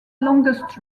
longest